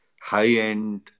high-end